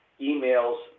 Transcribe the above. emails